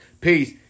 Peace